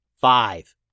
Five